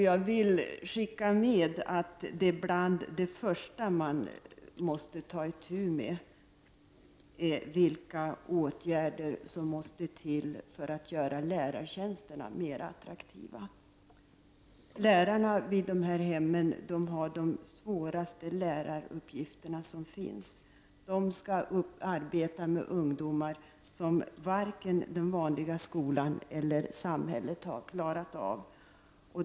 Jag vill säga att en av de frågor som man först måste ta itu med är den som gäller vilka åtgärder som måste till för att göra lärartjänsterna mer attraktiva. Lärarna vid dessa hem har de svåraste läraruppgifter som finns. De skall arbeta med ungdomar som varken den vanliga skolan eller samhället har klarat av.